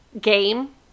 game